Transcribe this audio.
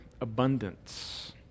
abundance